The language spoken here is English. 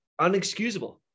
unexcusable